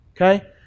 Okay